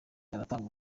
aratanga